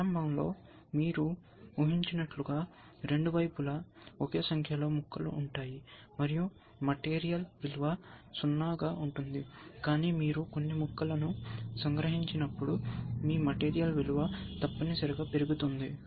ప్రారంభంలో మీరు ఊహించినట్లుగా రెండు వైపులా ఒకే సంఖ్యలో ముక్కలు ఉంటాయి మరియు మాటేరియల్ విలువ 0 గా ఉంటుంది కానీ మీరు కొన్ని ముక్కలను సంగ్రహించినప్పుడు మీ మాటేరియల్ విలువ తప్పనిసరిగా పెరుగుతుంది